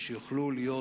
והם יוכלו להיות,